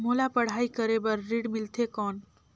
मोला पढ़ाई करे बर ऋण मिलथे कौन?